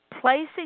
placing